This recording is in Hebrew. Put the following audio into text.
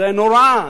זה נורא.